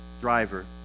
driver